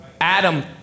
Adam